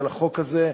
על החוק הזה,